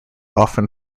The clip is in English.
often